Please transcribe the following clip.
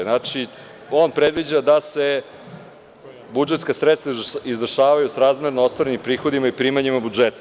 Znači, on predviđa da se budžetska sredstva izvršavaju srazmerno ostvarenim prihodima i primanjima budžeta.